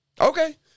Okay